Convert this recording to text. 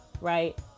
right